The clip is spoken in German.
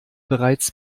bereits